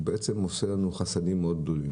הוא עושה לנו חסדים מאוד גדולים